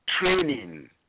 Training